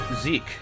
Zeke